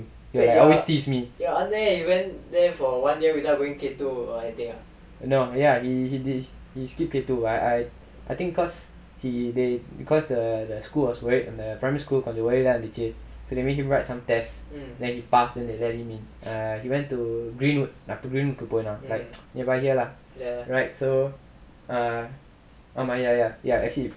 he always tease me no ya he he he he skip K two but I think cause he they cause the the the school was அந்த:antha primary school கொஞ்ச:konja weird இருந்துச்சு:irunthuchu they made him write some test then he passed so they let him in err he went to green wood அப்ப:appa green wood போனான்:ponaan right so err ஆமா:aamaa ya ya ya actually